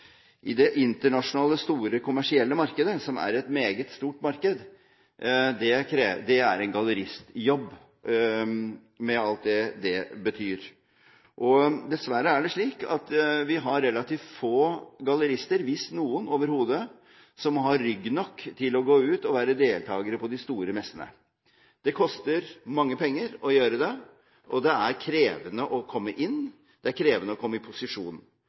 det internasjonale, store, kommersielle markedet, som er et meget stort marked, er en galleristjobb, med alt det betyr. Dessverre er det slik at vi har relativt få gallerister, hvis noen overhodet, som har rygg nok til å gå ut og være deltakere på de store messene. Det koster mange penger å gjøre det, og det er krevende å komme inn og krevende å komme i posisjon.